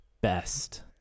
Best